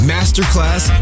Masterclass